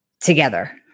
together